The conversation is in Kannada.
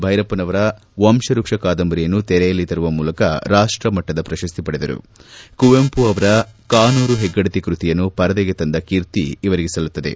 ಭೈರಪ್ಪನವರ ವಂಶವ್ಯಕ್ಷ ಕಾದಂಬರಿಯನ್ನು ತೆರೆಯಲ್ಲಿ ತರುವ ಮೂಲಕ ರಾಷ್ಟ ಮಟ್ಟದ ಪ್ರಶಸ್ತಿ ಪಡೆದರು ಕುವೆಂಪುರವರ ಕಾನೂರು ಹೆಗ್ಗಡತಿ ಕೃತಿಯನ್ನು ಪರದೆಗೆ ತಂದ ಕೀರ್ತಿ ಇವರಿಗೆ ಸಲ್ಲುತ್ತದೆ